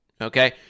Okay